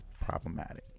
problematic